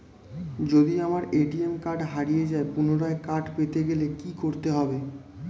যদি আমার ATM card হারিয়ে যায় পুনরায় কার্ড পেতে গেলে কি করতে হবে?